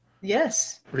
Yes